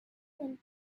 and